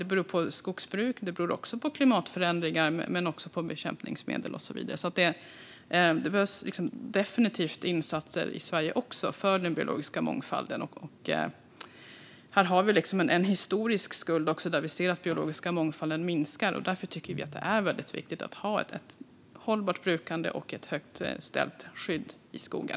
Det beror på skogsbruk. Det beror på klimatförändringar men också på bekämpningsmedel och så vidare. Det behövs definitivt insatser även i Sverige för den biologiska mångfalden. Här har vi också en historisk skuld, då vi ser att den biologiska mångfalden minskar. Därför tycker Miljöpartiet att det är väldigt viktigt att ha ett hållbart brukande och ett högt ställt skydd i skogen.